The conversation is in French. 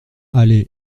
allée